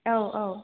औ औ